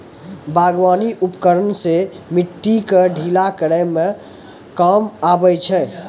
बागबानी उपकरन सें मिट्टी क ढीला करै म काम आबै छै